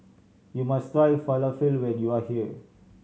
you must try Falafel when you are here